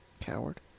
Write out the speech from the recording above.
Coward